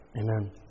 Amen